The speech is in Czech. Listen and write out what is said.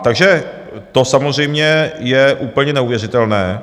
Takže to samozřejmě je úplně neuvěřitelné.